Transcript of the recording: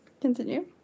Continue